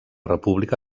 república